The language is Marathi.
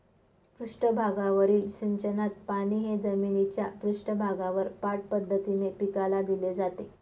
पृष्ठभागावरील सिंचनात पाणी हे जमिनीच्या पृष्ठभागावर पाठ पद्धतीने पिकाला दिले जाते